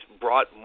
brought